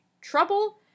trouble